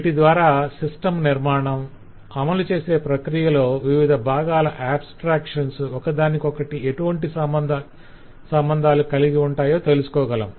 వీటి ద్వారా సిస్టమ్ నిర్మాణం అమలుచేసే ప్రక్రియలో వివిధ బాగాల ఆబ్స్ట్రాక్షన్స్ ఒకదానికొకటి ఎటువంటి సంబంధాలు కలిగి ఉంటాయో తెలుసుకోగలం